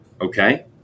Okay